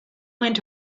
went